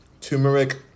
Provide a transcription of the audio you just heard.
turmeric